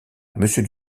monsieur